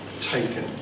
taken